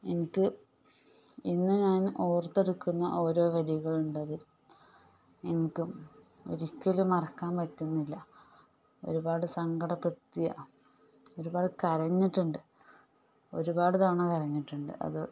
എനിക്ക് ഇന്ന് ഞാൻ ഓർത്തെടുക്കുന്ന ഓരോ വരികളുണ്ടതിൽ എനിക്കും ഒരിക്കലും മറക്കാൻ പറ്റുന്നില്ല ഒരുപാട് സങ്കടപ്പെടുത്തിയ ഒരുപാട് കരഞ്ഞിട്ടുണ്ട് ഒരുപാട് തവണ കരഞ്ഞിട്ടുണ്ട് അത്